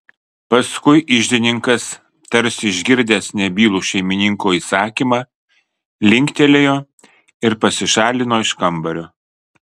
paskui iždininkas tarsi išgirdęs nebylų šeimininko įsakymą linktelėjo ir pasišalino iš kambario